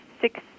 six